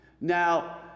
now